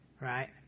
right